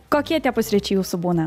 kokie tie pusryčiai jūsų būna